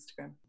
Instagram